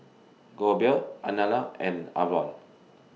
Goebel Alannah and Avon